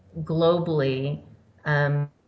globally